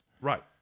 Right